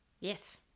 Yes